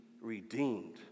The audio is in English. redeemed